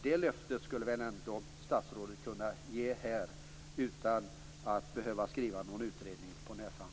Det löftet borde väl ändå statsrådet kunna ge här utan att behöva skriva någon utredning på näsan.